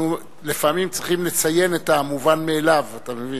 לפעמים צריכים לציין את המובן מאליו, אבל,